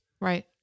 right